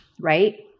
right